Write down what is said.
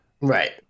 Right